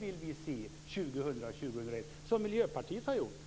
ni vill se 2000 och 2001, som Miljöpartiet har gjort.